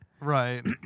right